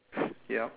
ya